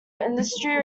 industry